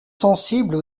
sensibles